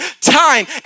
time